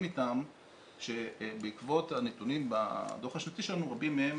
איתם שבעקבות הנתונים בדוח השנתי שלנו רבים מהם